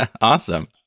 Awesome